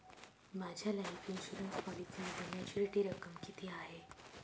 माझ्या life insurance पॉलिसीमध्ये maturity रक्कम किती आहे?